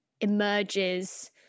emerges